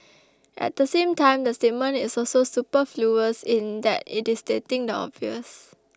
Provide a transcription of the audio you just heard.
at the same time the statement is also superfluous in that it is stating the obvious